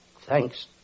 Thanks